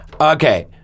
Okay